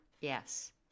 yes